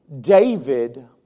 David